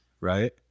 right